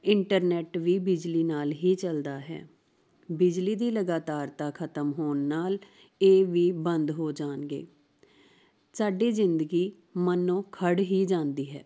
internet ਵੀ ਬਿਜਲੀ ਨਾਲ ਹੀ ਚੱਲਦਾ ਹੈ ਬਿਜਲੀ ਦੀ ਲਗਾਤਾਰਤਾ ਖਤਮ ਹੋਣ ਨਾਲ ਇਹ ਵੀ ਬੰਦ ਹੋ ਜਾਣਗੇ ਸਾਡੀ ਜ਼ਿੰਦਗੀ ਮਾਨੋ ਖੜ੍ਹ ਹੀ ਜਾਂਦੀ ਹੈ